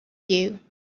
you